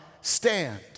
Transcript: stand